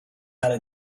how